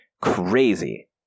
crazy